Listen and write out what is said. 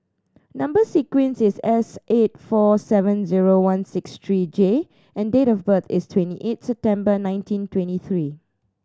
number sequence is S eight four seven zero one six three J and date of birth is twenty eight September nineteen twenty three